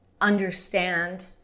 understand